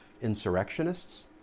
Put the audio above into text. insurrectionists